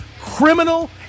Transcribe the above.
criminal